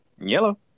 Yellow